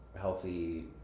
healthy